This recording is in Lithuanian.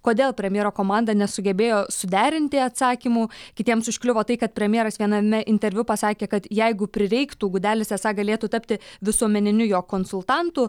kodėl premjero komanda nesugebėjo suderinti atsakymų kitiems užkliuvo tai kad premjeras viename interviu pasakė kad jeigu prireiktų gudelis esą galėtų tapti visuomeniniu jo konsultantu